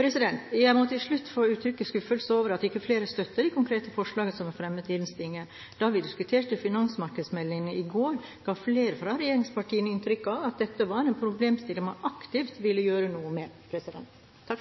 Jeg må til slutt få uttrykke skuffelse over at ikke flere støtter de konkrete forslagene som er fremmet i innstillingen. Da vi diskuterte finansmarkedsmeldingen i går, ga flere fra regjeringspartiene inntrykk av at dette var en problemstilling man aktivt ville gjøre noe med.